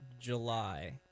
July